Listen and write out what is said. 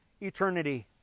eternity